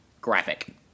graphic